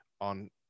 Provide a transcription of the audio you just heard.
on